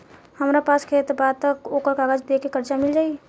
हमरा पास खेत बा त ओकर कागज दे के कर्जा मिल जाई?